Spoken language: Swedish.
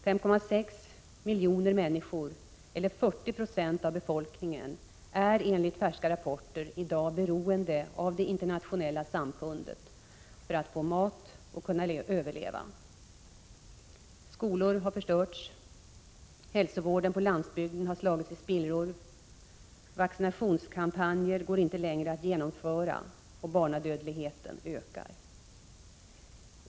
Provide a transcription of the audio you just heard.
5,6 miljoner människor, eller 40 96 av befolkningen, är enligt färska rapporter i dag beroende av det internationella samfundet för att få mat och kunna överleva. Skolor har förstörts. Hälsovården på landsbygden har slagits i spillror. Vaccinationskampanjer går inte längre att genomföra, och barnadödligheten ökar.